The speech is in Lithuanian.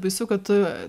baisu kad tu